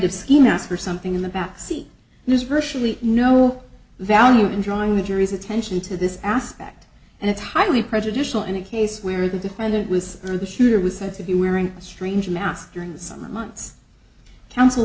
of ski mask or something in the back seat there's virtually no value in drawing the jury's attention to this aspect and it's highly prejudicial in a case where the defendant was on the shooter was said to be wearing a strange mask during the summer months counsel